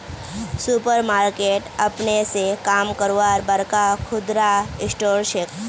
super market अपने स काम करवार बड़का खुदरा स्टोर छिके